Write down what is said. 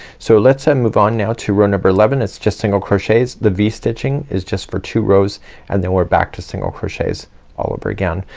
so let's and move on now to row number eleven. it's just single crochets. the v-stitching is just for two rows and then we're back to single crochets all over again.